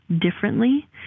differently